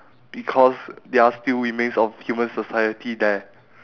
because there are still remains of human society there